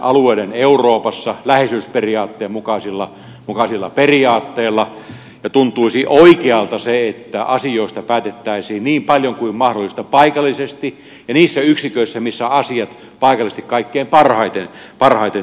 alueiden euroopassa läheisyysperiaatteen mukaisilla periaatteilla ja tuntuisi oikealta se että asioista päätettäisiin niin paljon kuin mahdollista paikallisesti ja niissä yksiköissä missä asiat paikallisesti kaikkein parhaiten tunnetaan